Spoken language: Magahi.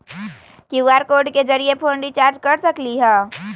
कियु.आर कोड के जरिय फोन रिचार्ज कर सकली ह?